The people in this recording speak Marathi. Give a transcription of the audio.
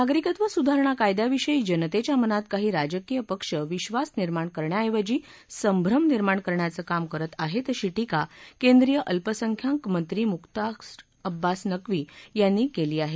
नागरिकत्व सुधारणा कायद्याविषयी जनतेच्या मनात काही राजकीय पक्ष विद्वास निर्माण करण्याऐवजी संभ्रम निर्माण करण्यांच काम करत आहेत अशी टीका केंद्रीय अल्पसंख्याकमंत्री मुख्तार अब्बास नकवी यांनी केली आहे